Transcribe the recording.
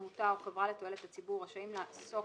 עמותה או חברה לתועלת הציבור רשאים לעסוק